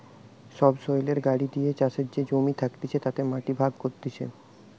সবসৈলের গাড়ি দিয়ে চাষের যে জমি থাকতিছে তাতে মাটি ভাগ করতিছে